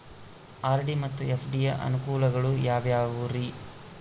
RD ಮತ್ತು FD ಯ ಅನುಕೂಲಗಳು ಯಾವ್ಯಾವುರಿ?